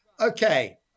Okay